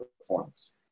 performance